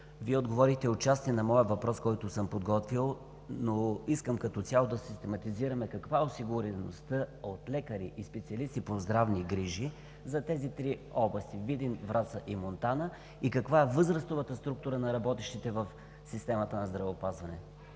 Вие отговорихте отчасти на моя въпрос, който съм подготвил, но искам като цяло да систематизираме: каква е осигуреността от лекари и специалисти по здравни грижи за тези три области – Видин, Враца и Монтана; и каква е възрастовата структура на работещите в системата на здравеопазването?